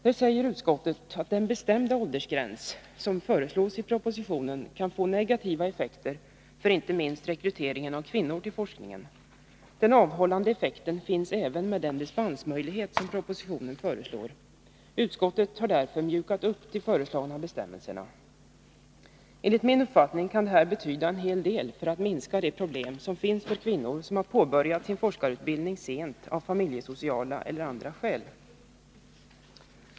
Där säger utskottet att den bestämda åldersgräns som föreslogs i propositionen kan få negativa effekter för inte minst rekryteringen av kvinnor till forskningen. Den avhållande effekten finns även med den dispensmöjlighet som propositionen föreslår. Utskottet har därför mjukat upp de föreslagna bestämmelserna. Enligt min uppfattning kan detta betyda en hel del för att minska de problem som finns för kvinnor som har påbörjat sin forskarutbildning sent, av familjesociala eller andra skäl.